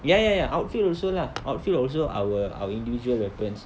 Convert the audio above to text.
ya ya ya outfield also lah outfield also our our individual weapons